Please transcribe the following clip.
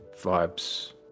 vibes